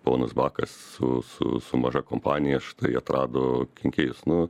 ponas bakas su su su maža kompanija štai atrado kenkėjus nu